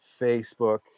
Facebook